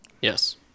Yes